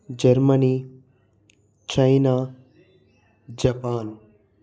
Germany China Japan